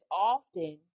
often